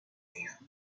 terrain